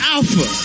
Alpha